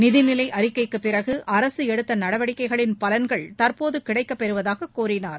நிதிநிலை அறிக்கைக்குப் பிறகு அரசு எடுத்த நடவடிக்கைகளின் பலன்கள் தற்போது கிடைக்கப்பெறுவதாக கூறினார்